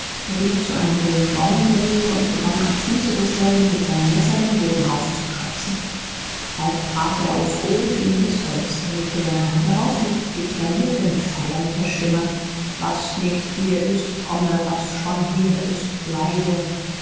er ging zu einem hohlen baum in der nähe und begann am fuße desselben mit seinem messer den boden aufzukratzen bald traf er auf hohlklingendes holz er legte seine hand drauf und deklamierte mit feierlicher stimme was nicht hier ist komme was schon hier ist bleibe